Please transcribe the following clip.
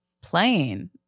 Playing